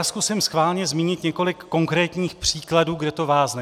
Zkusím schválně zmínit několik konkrétních příkladů, kde to vázne.